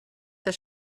this